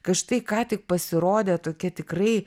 kad štai ką tik pasirodė tokia tikrai